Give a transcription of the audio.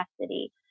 capacity